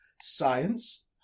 science